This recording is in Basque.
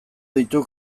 ditu